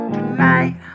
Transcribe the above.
Tonight